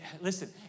Listen